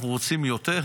אנחנו רוצים יותר?